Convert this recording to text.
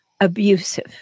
abusive